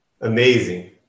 Amazing